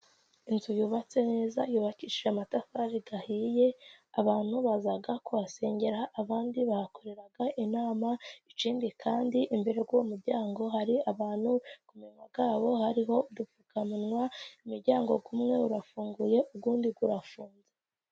Inzu yubatse neza, yubakishije amatafari ahiye abantu baza kuhasengera ,abandi bahakorera inama ikindi kandi imbere y'u muryango hari abantu, kuminwa yabo hariho udupfukamunwa, umuryango umwe urafunguye undi urafunze.